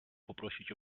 prosić